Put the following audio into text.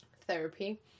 therapy